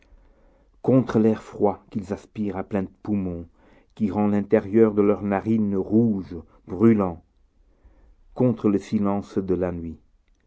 contre l'air froid qu'ils aspirent à pleins poumons qui rend l'intérieur de leur narine rouge brûlant contre le silence de la nuit